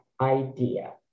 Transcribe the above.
idea